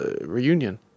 reunion